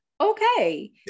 Okay